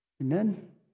Amen